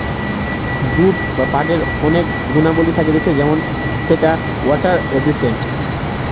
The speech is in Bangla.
জুট বা পাটের অনেক গুণাবলী থাকতিছে যেমন সেটা ওয়াটার রেসিস্টেন্ট